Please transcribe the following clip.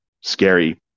scary